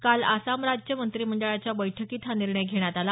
काल आसाम राज्य मंत्रिमंडळाच्या बैठकीत हा निर्णय घेण्यात आला